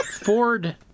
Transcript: Ford